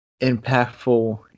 Impactful